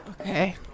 Okay